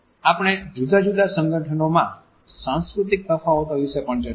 આપણે જુદા જુદા સંગઠનોમાં સાંસ્કૃતિક તફાવતો વિશે પણ ચર્ચા કરી